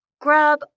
Grab